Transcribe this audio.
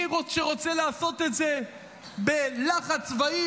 יש מי שרוצה לעשות את זה בלחץ צבאי